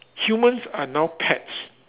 humans are now pets